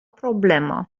problemă